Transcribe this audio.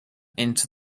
into